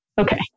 Okay